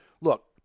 Look